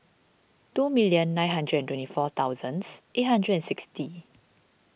two million nine hundred and twenty four thousands eight hundred and sixty